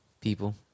people